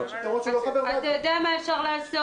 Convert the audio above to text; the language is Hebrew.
מה שנהוג,